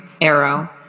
arrow